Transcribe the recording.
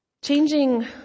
Changing